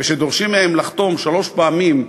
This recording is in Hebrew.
ודורשים מהם לחתום שלוש פעמים,